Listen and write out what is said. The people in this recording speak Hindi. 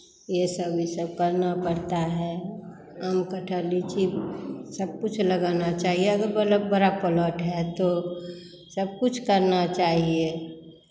ये सब ये सब करना पड़ता है आम कटहल लीची सब कुछ लगाना चाहिए अगर बड़ा प्लॉट है तो सब कुछ करना चाहिए